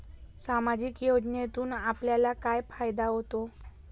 सामाजिक योजनेतून आपल्याला काय फायदा होतो?